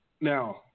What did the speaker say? Now